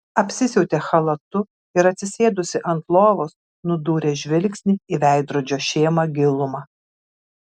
apsisiautė chalatu ir atsisėdusi ant lovos nudūrė žvilgsnį į veidrodžio šėmą gilumą